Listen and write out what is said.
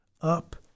up